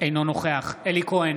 אינו נוכח אלי כהן,